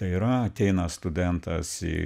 tai yra ateina studentas į